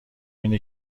اینه